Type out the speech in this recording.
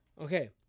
Okay